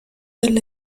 del